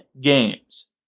games